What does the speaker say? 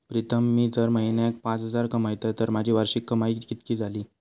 प्रीतम मी जर म्हयन्याक पाच हजार कमयतय तर माझी वार्षिक कमाय कितकी जाली?